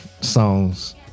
songs